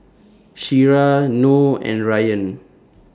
Syirah Noh and Rayyan